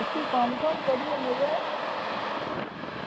একটু কমসম করিয়ে নেবেন